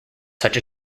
such